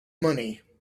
money